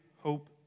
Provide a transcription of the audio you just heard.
hope